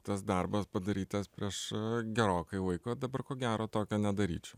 tas darbas padarytas prieš gerokai laiko dabar ko gero tokio nedaryčiau